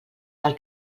per